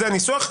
זה הניסוח.